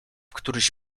któryś